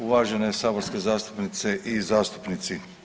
Uvaženi saborske zastupnice i zastupnici.